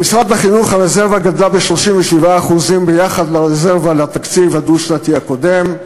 במשרד החינוך הרזרבה גדלה ב-37% ביחס לרזרבה בתקציב הדו-שנתי הקודם,